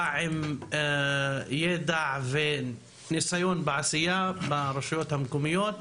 בא עם ידע וניסיון בעשייה ברשויות המקומיות,